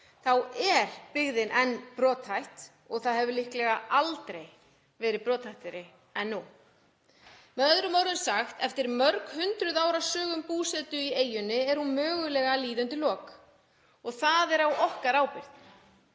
þá er byggðin enn brothætt og hefur líklega aldrei verið brothættari en nú. Með öðrum orðum sagt: Eftir mörg hundruð ára sögu um búsetu í eyjunni er hún mögulega að líða undir lok og það er á okkar ábyrgð.